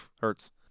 hurts